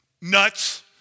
nuts